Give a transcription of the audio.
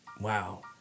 Wow